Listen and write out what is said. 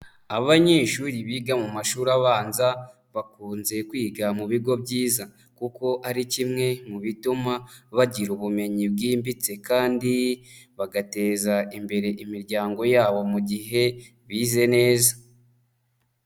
Abanyeshuri biga mu mashuri abanza, bakunze kwiga mu bigo byiza kuko ari kimwe mu bituma bagira ubumenyi bwimbitse kandi bagateza imbere imiryango yabo mu gihe bize neza.